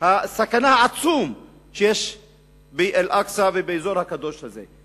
הסכנה העצום שיש באל-אקצא ובאזור הקדוש הזה.